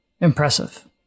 Impressive